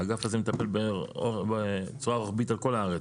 האגף הזה מטפל בצורה רוחבית בכל הארץ.